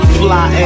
fly